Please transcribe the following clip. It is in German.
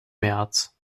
märz